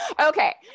Okay